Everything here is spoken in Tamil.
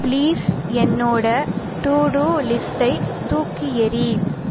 ப்ளீஸ் என்னோட டு டூ லிஸ்ட்டை தூக்கி எறி